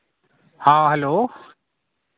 ᱦᱮᱸ ᱦᱮᱞᱳ